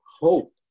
hope